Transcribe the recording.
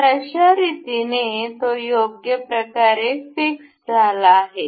तर अशा रीतीने तो योग्य प्रकारे फिक्स झाला आहे